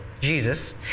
Jesus